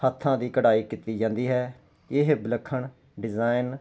ਹੱਥਾਂ ਦੀ ਕਢਾਈ ਕੀਤੀ ਜਾਂਦੀ ਹੈ ਇਹ ਵਿਲੱਖਣ ਡਿਜ਼ਾਇਨ